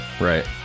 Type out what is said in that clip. right